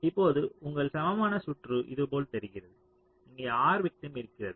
இப்போது உங்கள் சமமான சுற்று இதுபோல் தெரிகிறது இங்கே R விக்டிம் இருக்கிறது